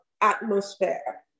atmosphere